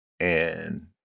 and-